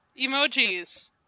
emojis